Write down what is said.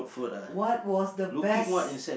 what was the best